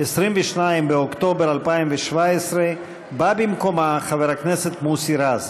22 באוקטובר 2017, בא במקומה חבר הכנסת מוסי רז.